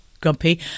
grumpy